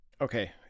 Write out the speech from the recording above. Okay